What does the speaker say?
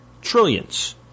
trillions